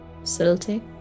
facility